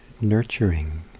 nurturing